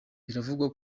biravugwa